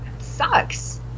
sucks